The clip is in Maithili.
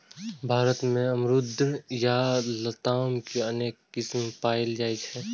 भारत मे अमरूद या लताम के अनेक किस्म पाएल जाइ छै